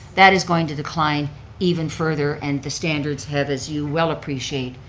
that is going to decline even further and the standards have, as you well appreciate,